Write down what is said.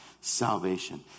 salvation